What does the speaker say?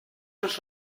els